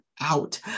out